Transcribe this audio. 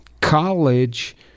college